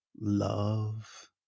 Love